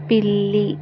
పిల్లి